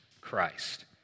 Christ